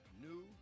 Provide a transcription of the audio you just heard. new